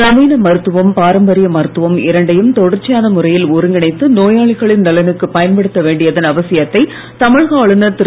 நவீன மருத்துவம் பாரம்பரிய மருத்துவம் இரண்டையும் தொடர்ச்சியான முறையில் ஒருங்கிணைத்து நோயாளிகளின் நலனுக்கு வேண்டியதன் அவசியத்தை தமிழக ஆளுனர் பயன்படுத்த திரு